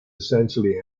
essentially